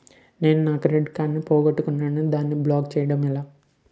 నేను నా credit card పోగొట్టుకున్నాను దానిని బ్లాక్ చేయడం ఎలా?